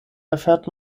erfährt